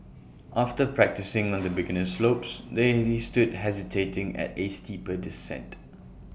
after practising on the beginner slopes they stood hesitating at A steeper descent